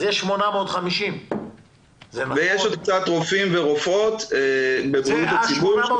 אז יש 850. ויש עוד קצת רופאים ורופאות בבריאות הציבור.